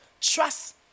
trust